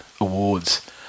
Awards